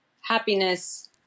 happiness